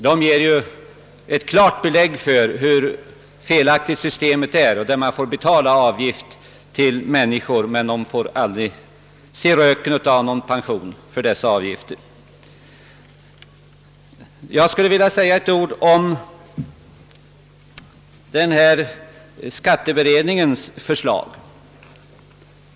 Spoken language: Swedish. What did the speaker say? De ger klart belägg för hur felaktigt systemet är och visar att avgifter måste betalas in för personer som aldrig får se röken av någon pension för dessa avgifter. Jag skulle vilja säga några ord om skatteberedningens förslag.